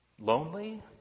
Lonely